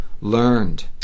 learned